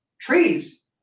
trees